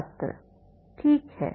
छात्र ठीक है